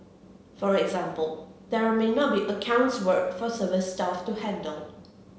for example there may not be accounts work for service staff to handle